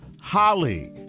Holly